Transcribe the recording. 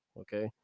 Okay